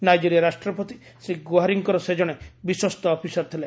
Nigeria ରାଷ୍ଟ୍ରପତି ଶ୍ରୀ ଗୁହାରୀଙ୍କର ସେ ଜଣେ ବିଶ୍ୱସ୍ତ ଅଫିସର ଥିଲେ